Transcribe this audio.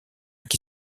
qui